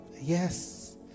yes